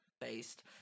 based